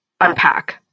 unpack